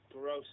gross